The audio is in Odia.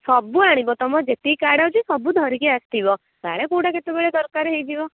ସବୁ ଆଣିବ ତୁମର ଯେତିକି କାର୍ଡ଼ ଅଛି ସବୁ ଧରିକି ଆସିଥିବି କାଳେ କେଉଁଟା କେତେବେଳେ ଦରକାର ହେଇଯିବ